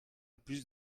plus